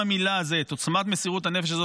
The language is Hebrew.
את עוצמת מסירות הנפש הזאת,